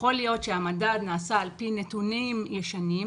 יכול להיות שהמדד נעשה על פי נתונים ישנים,